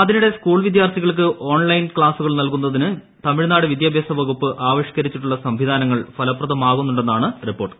അതിനിടെ സ്കൂൾ വിദ്യാർത്ഥികൾക്ക് ഓൺലൈൻ ക്ലാസ്സുകൾ നൽകുന്നതിന് തമിഴ്നാട് വിദ്യാഭ്യാസ വകുപ്പ് ആവിഷ്കരിച്ചിട്ടുള്ള സംവിധാനങ്ങൾ ഫലപ്രദമാകുന്നുണ്ടെന്നാണ് റിപ്പോർട്ട്